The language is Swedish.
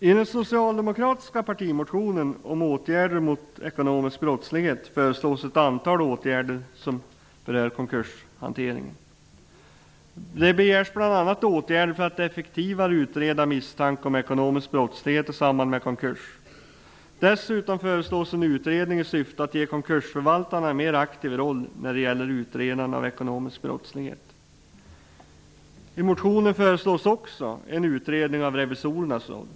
I den socialdemokratiska partimotionen om åtgärder mot ekonomisk brottslighet föreslås ett antal åtgärder som berör konkurshanteringen. Där begärs bl.a. åtgärder för att effektivare utreda misstanke om ekonomisk brottslighet i samband med konkurs. Dessutom föreslås en utredning i syfte att ge konkursförvaltarna en mer aktiv roll när det gäller utredande av ekonomisk brottslighet. I motionen föreslås också en utredning av revisorernas roll.